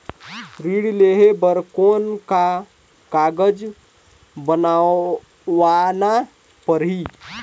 ऋण लेहे बर कौन का कागज बनवाना परही?